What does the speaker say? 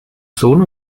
sohn